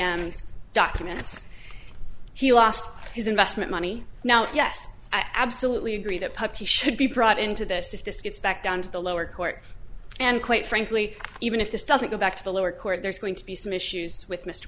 the documents he lost his investment money now yes i absolutely agree that puppy should be brought into the us if this gets back down to the lower court and quite frankly even if this doesn't go back to the lower court there's going to be some issues with mr